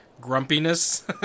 grumpiness